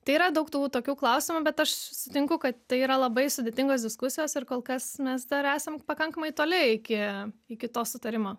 tai yra daug tų tokių klausimų bet aš sutinku kad tai yra labai sudėtingos diskusijos ir kol kas mes dar esam pakankamai toli iki iki to sutarimo